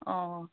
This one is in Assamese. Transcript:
অঁ